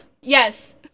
Yes